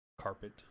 Carpet